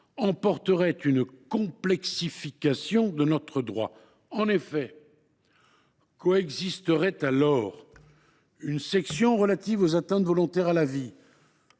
emporterait une complexification de notre droit. En effet, coexisteraient alors : une section 1 relative aux atteintes volontaires à la vie